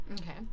Okay